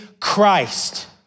Christ